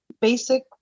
basic